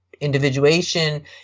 individuation